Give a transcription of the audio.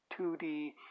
2D